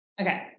Okay